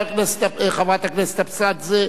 חברת הכנסת אבסדזה,